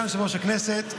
סגן יושב-ראש הכנסת,